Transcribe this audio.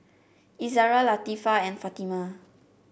Izzara Latifa and Fatimah